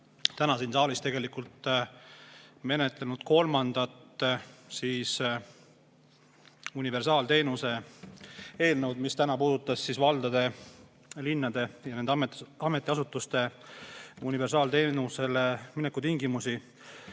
täna siin saalis menetlenud kolmandat universaalteenuse eelnõu, mis puudutas valdade, linnade ja nende ametiasutuste universaalteenusele mineku tingimusi.